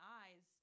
eyes